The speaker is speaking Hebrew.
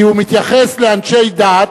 כי הוא מתייחס לאנשי דת,